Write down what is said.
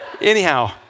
Anyhow